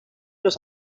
los